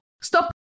stop